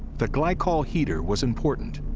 the glycol heater was important.